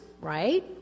right